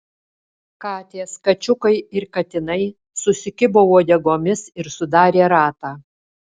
katės kačiukai ir katinai susikibo uodegomis ir sudarė ratą